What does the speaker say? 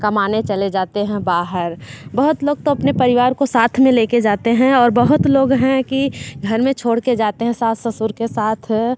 कमाने चले जाते हैं बाहर बहुत लोग तो अपने परिवार को साथ में ले के जाते हैं और बहुत लोग हैं कि घर में छोड़ के जाते हैं सास ससुर के साथ